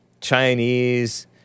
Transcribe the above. Chinese